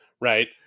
Right